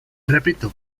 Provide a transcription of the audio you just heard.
repito